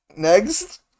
next